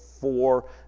four